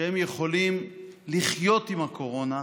שהן יכולות לחיות עם הקורונה,